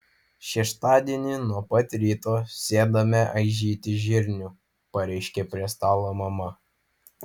šeštadienį nuo pat ryto sėdame aižyti žirnių pareiškė prie stalo mama